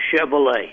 Chevrolet